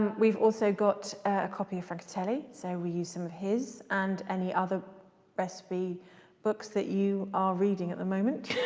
we've also got a copy of francatelli so we use some of his and any other recipe books that you are reading at the moment